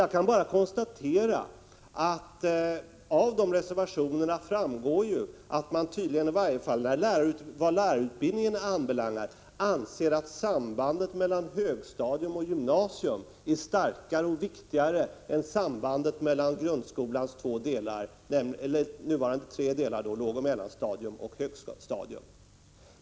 Jag kan bara konstatera att det av de reservationerna framgår att reservanterna i varje fall vad lärarutbildningen anbelangar anser att sambandet mellan högstadium och gymnasium är starkare och viktigare än sambandet mellan grundskolans nuvarande tre delar, låg-, mellanoch högstadium.